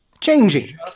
changing